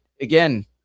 again